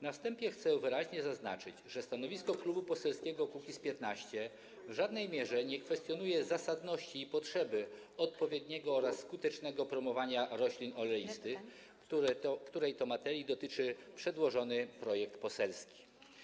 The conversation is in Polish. Na wstępie chcę wyraźnie zaznaczyć, że stanowisko Klubu Poselskiego Kukiz’15 w żadnej mierze nie kwestionuje zasadności i potrzeby odpowiedniego oraz skutecznego promowania roślin oleistych, której to materii dotyczy przedłożony projekt poselski.